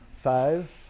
Five